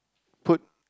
put